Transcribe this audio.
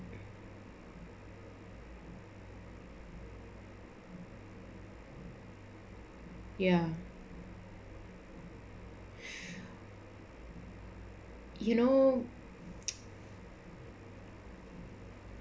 ya you know